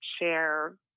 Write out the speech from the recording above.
share